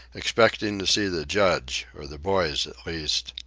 expecting to see the judge, or the boys at least.